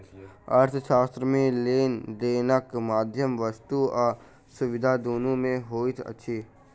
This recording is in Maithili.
अर्थशास्त्र मे लेन देनक माध्यम वस्तु आ सुविधा दुनू मे होइत अछि